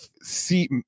see